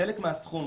חלק מהסכום,